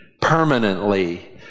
permanently